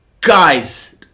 guys